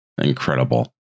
Incredible